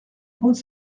compte